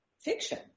fiction